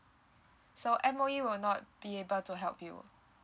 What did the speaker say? so M_O_E will not be able to help you